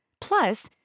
Plus